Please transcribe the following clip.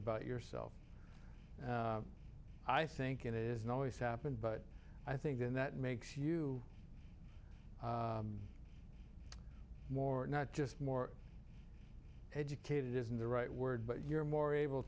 about yourself i think it is not always happen but i think then that makes you more not just more educated isn't the right word but you're more able